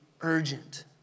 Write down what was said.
urgent